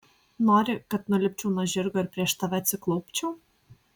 nori kad nulipčiau nuo žirgo ir prieš tave atsiklaupčiau